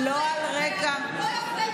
לא, לא על רקע, כן,